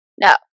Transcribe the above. No